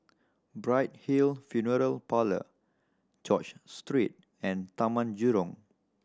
Bright Hill Funeral Parlour George Street and Taman Jurong